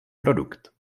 produkt